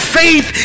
faith